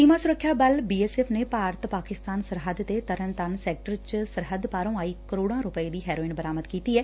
ਸੀਮਾ ਸੁਰੱਖਿਆ ਬਲ B S F ਨੇ ਭਾਰਤ ਪਾਕਿਸਤਾਨ ਸਰਹੱਦ ਤੇ ਤਰਨਤਾਰਨ ਸੈਕਟਰ ਵਿੱਚ ਸਰਹੱਦ ਪਾਰੋਂ ਆਈ ਕਰੋੜਾਂ ਰੁਪਏ ਦੀ ਹੈਰੋਇਨ ਬਰਾਮਦ ਕੀਤੀ ਐ